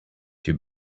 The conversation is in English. too